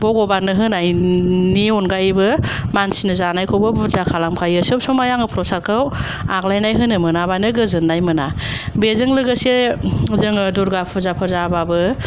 भग'बाननो होनायनि अनगायैबो मानसिनो जानायखौबो बुरजा खालामखायो सोब समय आङो प्रसादखौ आग्लायनाय होनो मोनाबानो गोजोननाय मोना बेजों लोगोसे जोङो दुर्गा फुजाफोर जाबाबो